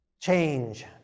change